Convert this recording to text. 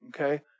okay